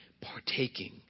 partaking